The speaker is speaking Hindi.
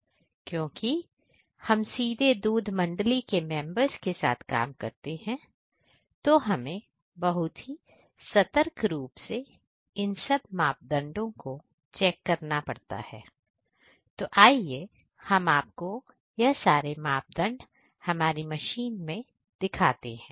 और क्योंकि हम सीधे दूध मंडली के मेंबर्स के साथ काम करते हैं तो हमें बहुत ही सतर्क रूप से इन सब मापदंडों को चेक करना पड़ता है तो आइए हम आपको यह सारे मापदंड हमारी मशीन में दिखाते हैं